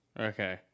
Okay